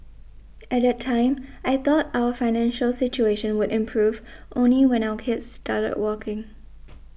at that time I thought our financial situation would improve only when our kids started working